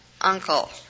Uncle